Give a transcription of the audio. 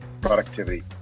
productivity